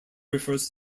refers